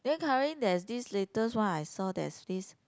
then currently there is this latest one I saw there's this